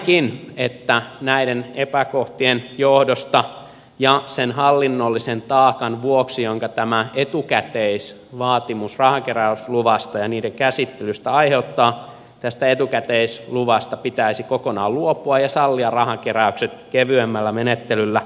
näenkin että näiden epäkohtien johdosta ja sen hallinnollisen taakan vuoksi jonka tämä etukäteisvaatimus rahankeräysluvasta ja luvan käsittelystä aiheuttaa tästä etukäteisluvasta pitäisi kokonaan luopua ja sallia rahankeräykset kevyemmällä menettelyllä